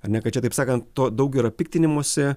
ane kad čia taip sakan to daug yra piktinimosi